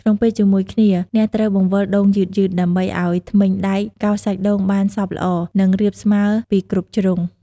ក្នុងពេលជាមួយគ្នា អ្នកត្រូវបង្វិលដូងយឺតៗ ដើម្បីឱ្យធ្មេញដែកកោសសាច់ដូងបានសព្វល្អ និងរាបស្មើពីគ្រប់ជ្រុង។